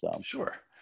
Sure